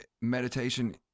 meditation